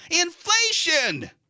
inflation